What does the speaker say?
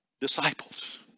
disciples